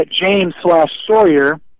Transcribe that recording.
James-Sawyer